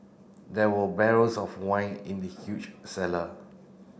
there were barrels of wine in the huge cellar